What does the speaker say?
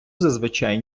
зазвичай